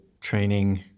training